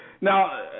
Now